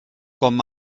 com